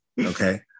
okay